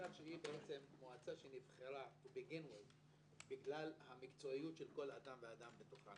שהיא נבחרה מלכתחילה בגלל המקצועיות של כל אדם ואדם בתוכה,